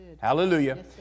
Hallelujah